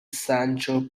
sancho